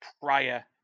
prior